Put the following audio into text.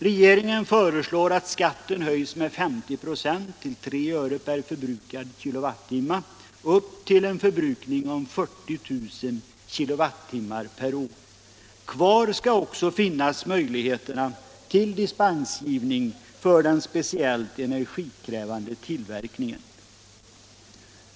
Regeringen föreslår att skatten höjs med 50 96 till 3 öre per förbrukad kWh upp till en förbrukning om 40 000 kWh per år. Kvar skall också finnas möjligheterna till dispensgivning för den speciellt energikrävande tillverkningen.